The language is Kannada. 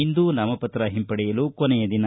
ಇಂದು ನಾಮಪತ್ರ ಹಿಂಪಡೆಯಲು ಕೊನೆಯ ದಿನ